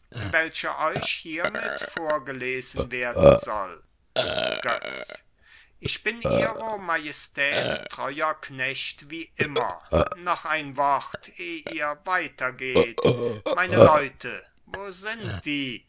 welche euch hiermit vorgelesen werden soll götz ich bin ihro majestät treuer knecht wie immer noch ein wort eh ihr weitergeht meine leute wo sind die